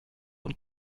und